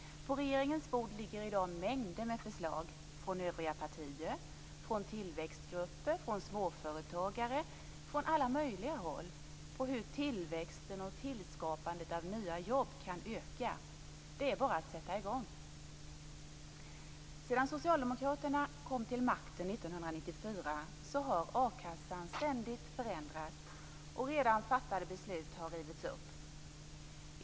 På regeringens bord ligger i dag mängder med förslag från övriga partier, från tillväxtgrupper, från småföretagare, från alla möjliga håll, på hur tillväxten och skapandet av nya jobb kan öka. Det är bara att sätta i gång. har a-kassan ständigt förändrats, och redan fattade beslut har rivits upp.